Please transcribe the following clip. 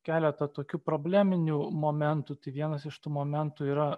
keletą tokių probleminių momentų tai vienas iš tų momentų yra